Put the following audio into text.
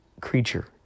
creature